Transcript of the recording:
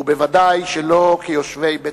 וודאי שלא כיושבי בית-המחוקקים.